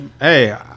hey